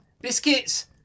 biscuits